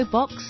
Box